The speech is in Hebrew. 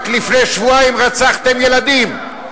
רק לפני שבועיים רצחתם ילדים,